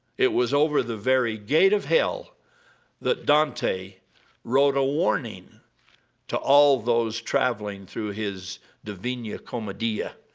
it was over the very gate of hell that dante wrote a warning to all those traveling through his divina commedia